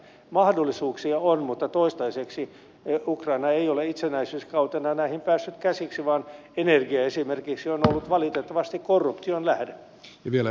mahdollisuuksia on mutta toistaiseksi ukraina ei ole itsenäisyyskautenaan näihin päässyt käsiksi vaan esimerkiksi energia on ollut valitettavasti korruption lähde